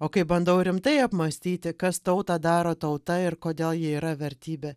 o kai bandau rimtai apmąstyti kas tautą daro tauta ir kodėl ji yra vertybė